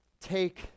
take